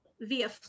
via